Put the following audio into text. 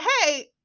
hey